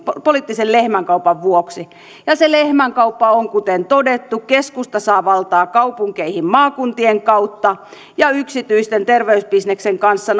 poliittisen lehmänkaupan vuoksi ja se lehmänkauppa on kuten todettu keskusta saa valtaa kaupunkeihin maakuntien kautta ja yksityisen terveysbisneksen kanssa